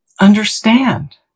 understand